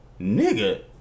nigga